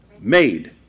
Made